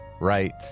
right